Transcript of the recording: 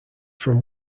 from